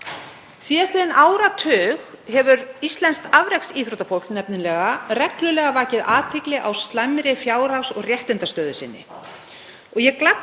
Síðastliðinn áratug hefur íslenskt afreksíþróttafólk nefnilega reglulega vakið athygli á slæmri fjárhags- og réttindastöðu sinni. Ég gladdist